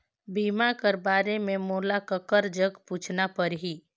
बीमा कर बारे मे मोला ककर जग पूछना परही?